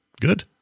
good